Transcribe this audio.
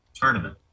tournament